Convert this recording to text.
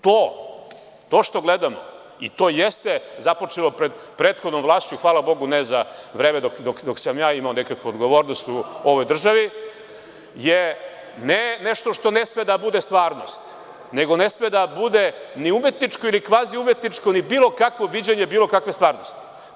To što gledamo i to jeste započelo prethodnom vlašću, hvala Bogu ne za vreme dok sam ja imao nekakve odgovornosti u ovoj državi, je ne nešto što ne sme da bude stvarnost, nego ne sme da bude ni umetničko, ni kvazi umetničko, ni bilo kakvo viđenje bilo kakve stvarnosti.